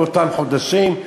באותם חודשים,